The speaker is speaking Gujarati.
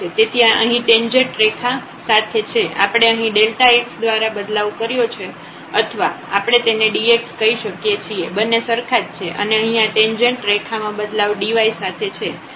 તેથી આ અહીં ટેંજેન્ટ રેખા સાથે છે આપણે અહીં x દ્વારા બદલાવ કર્યો છે અથવા આપણે તેને dx કહી શકીએ છીએ બંને સરખા જ છે અને અહીં આ ટેંજેન્ટ રેખા માં બદલાવ dy સાથે છે